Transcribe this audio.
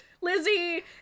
Lizzie